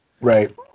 right